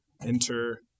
enter